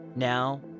Now